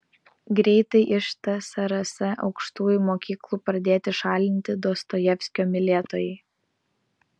greitai iš tsrs aukštųjų mokyklų pradėti šalinti dostojevskio mylėtojai